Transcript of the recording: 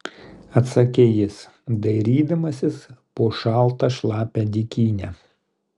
atsakė jis dairydamasis po šaltą šlapią dykynę